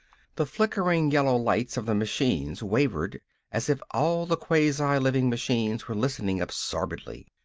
the flickering yellow lights of the machines wavered as if all the quasi-living machines were listening absorbedly.